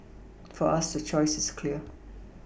for us the choice is clear